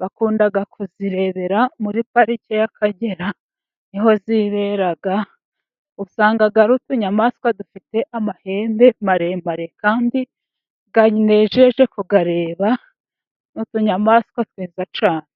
bakunda kuzirebera muri parike y'Akagera ni ho zibera. Usanga ari utunyamaswa dufite amahembe maremare, kandi anejeje kuyareba. Ni utunyamaswa twiza cyane.